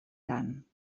tant